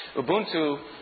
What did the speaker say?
Ubuntu